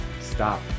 Stop